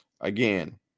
Again